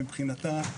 מבחינתה,